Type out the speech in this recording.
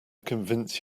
convince